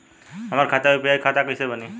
हमार खाता यू.पी.आई खाता कइसे बनी?